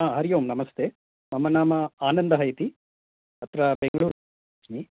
आ हरि ओम् नमस्ते मम नाम आनन्दः इति अत्र बैङ्गलुरु अस्मि